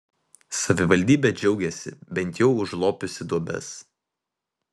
savivaldybė džiaugiasi bent jau užlopiusi duobes